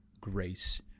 grace